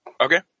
Okay